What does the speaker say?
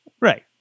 Right